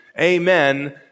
Amen